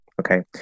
Okay